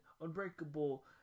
Unbreakable